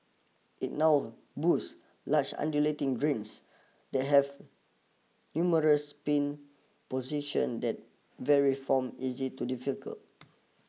it now boost large undulating greens that have numerous pin position that vary form easy to difficult